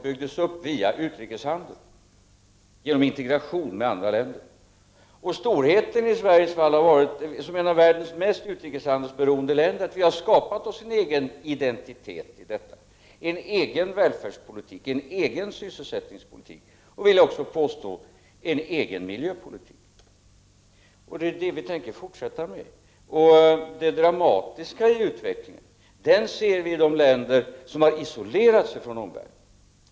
Utrikeshandeln har skett genom vår integration med andra länder. Storheten i Sveriges fall är att vi, som en av världens mest utrikeshandelsberoende länder, ändå har skapat oss en egen identitet, en egen välfärdspolitik, en egen sysselsättningspolitik och — vill jag också påstå — en egen miljöpolitik. Detta tänker vi fortsätta med. Den dramatiska utvecklingen ser vi i de länder som har isolerat sig från omvärlden.